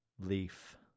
Leaf